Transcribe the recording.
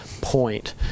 point